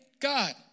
God